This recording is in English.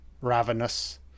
Ravenous